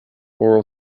oral